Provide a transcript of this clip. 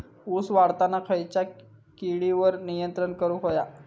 ऊस वाढताना खयच्या किडींवर नियंत्रण करुक व्हया?